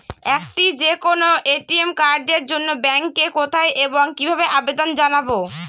একটি যে কোনো এ.টি.এম কার্ডের জন্য ব্যাংকে কোথায় এবং কিভাবে আবেদন জানাব?